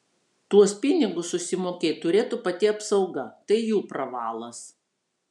tuos pinigus susimokėt turėtų pati apsauga tai jų pravalas